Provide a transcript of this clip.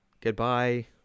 goodbye